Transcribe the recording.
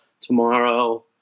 tomorrow